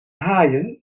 haaien